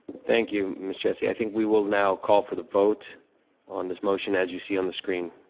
thank you ms. jessie, i think we will now call for the vote on this motion as you see on the screen.